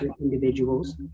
individuals